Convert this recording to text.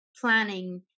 planning